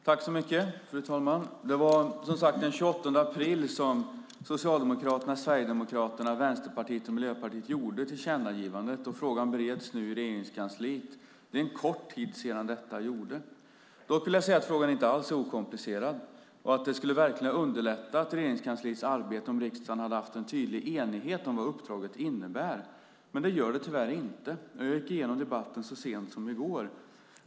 Fru talman! Det var som sagt var den 28 april som Socialdemokraterna, Sverigedemokraterna, Vänsterpartiet och Miljöpartiet gjorde tillkännagivandet. Frågan bereds nu i Regeringskansliet. Det är en kort tid sedan detta gjordes. Dock vill jag säga att frågan inte alls är okomplicerad och att det verkligen skulle ha underlättat Regeringskansliets arbete om det från riksdagen hade funnits en tydlig enighet om vad uppdraget innebär. Men det gör det tyvärr inte. Jag gick igenom debatten så sent som i går.